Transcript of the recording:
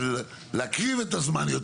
שהוא קירוב הזמן?